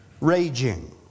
raging